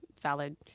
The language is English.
valid